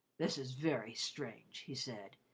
this is very strange, he said.